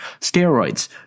Steroids